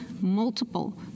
multiple